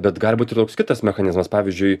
bet gali būt ir toks kitas mechanizmas pavyzdžiui